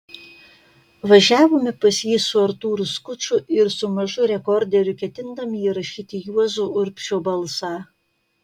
važiavome pas jį su artūru skuču ir su mažu rekorderiu ketindami įrašyti juozo urbšio balsą